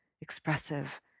expressive